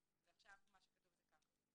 כלומר כן משחררים את זה לקבוע בחוזה,